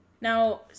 Now